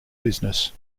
business